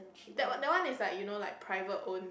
that one that one is like you know private own